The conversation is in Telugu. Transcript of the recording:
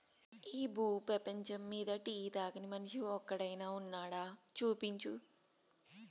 ఈ భూ పేపంచమ్మీద టీ తాగని మనిషి ఒక్కడైనా వున్నాడా, చూపించు